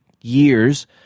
years